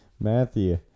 Matthew